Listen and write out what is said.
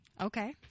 Okay